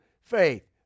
faith